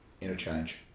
interchange